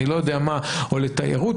או לתיירות,